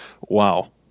Wow